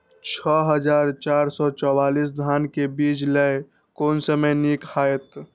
छः हजार चार सौ चव्वालीस धान के बीज लय कोन समय निक हायत?